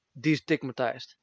destigmatized